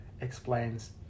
explains